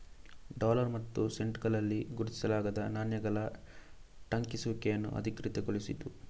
dollar ಮತ್ತು ಸೆಂಟುಗಳಲ್ಲಿ ಗುರುತಿಸಲಾದ ನಾಣ್ಯಗಳ ಟಂಕಿಸುವಿಕೆಯನ್ನು ಅಧಿಕೃತಗೊಳಿಸಿತು